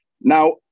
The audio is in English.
Now